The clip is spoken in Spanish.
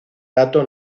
dato